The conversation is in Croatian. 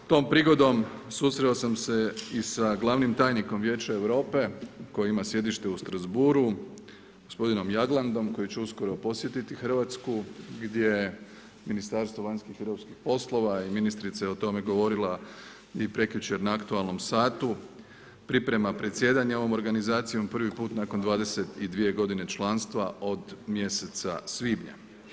Tom prigodom susreo sam se i sa glavnim tajnikom Vijeća Europe koje ima središte u Strasbourgu, gospodinom Jagladom, koji će uskoro posjetiti Hrvatsku, gdje Ministarstvo vanjskih i europskih poslova i ministrica je o tome govorila i prekjučer na aktualnom satu priprema predsjedanje ovom organizacijom prvi put nakon 22 g. članstva od mjeseca svibnja.